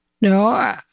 No